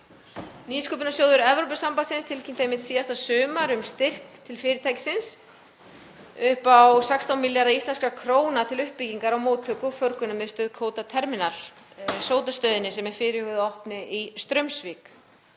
Nýsköpunarsjóður Evrópusambandsins tilkynnti einmitt síðasta sumar um styrk til fyrirtækisins upp á 16 milljarða íslenskra króna til uppbyggingar á móttöku- og förgunarmiðstöð Coda Terminal, Sódastöðinni, sem er fyrirhugað að opna í Straumsvík